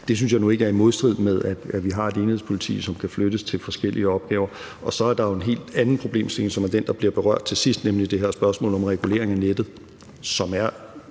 Det synes jeg nu ikke er i modstrid med, at vi har et enhedspoliti, som kan flyttes til forskellige opgaver. Og så er der en helt anden problemstilling, som er den, der bliver berørt til sidst, nemlig det her spørgsmål om regulering af nettet, som er